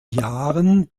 jahren